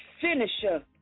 finisher